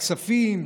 הכספים,